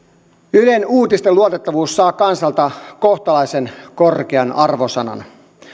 ylen uutisten luotettavuus saa kansalta kohtalaisen korkean arvosanan